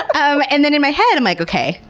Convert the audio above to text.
um and then in my head, i'm like, okay,